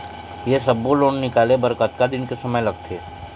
ये सब्बो लोन निकाले बर कतका दिन के समय लगथे?